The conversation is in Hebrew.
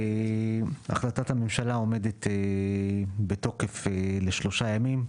החלטת הממשלה עומדת בתוקף לשלושה ימים,